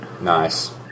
Nice